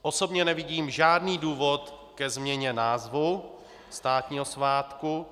Osobně nevidím žádný důvod ke změně názvu státního svátku.